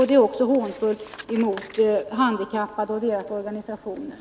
Det är också hånfullt mot de handikappade och deras organisationer.